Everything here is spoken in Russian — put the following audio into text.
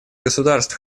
государств